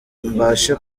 mbashe